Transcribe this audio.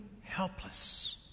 helpless